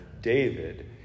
David